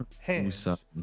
hands